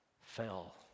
fell